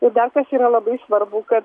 ir dar kas yra labai svarbu kad